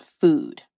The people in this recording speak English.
food